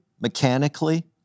Mechanically